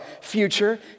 future